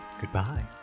goodbye